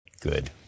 Good